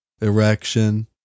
erection